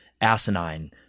asinine